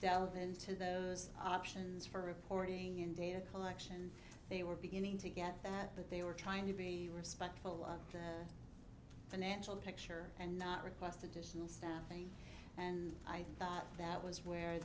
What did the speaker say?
delve into those options for reporting in data collection they were beginning to get that that they were trying to be respectful of the financial picture and not request additional staffing and i think that that was where